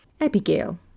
Abigail